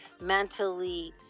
mentally